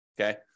okay